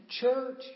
church